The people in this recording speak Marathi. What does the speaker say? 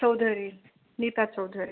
चौधरी नीता चौधरी